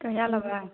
कहिया लेबै